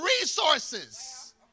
resources